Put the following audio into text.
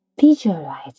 visualize